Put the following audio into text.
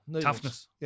Toughness